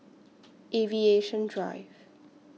Aviation Drive